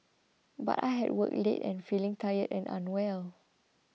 but I had worked late and feeling tired and unwell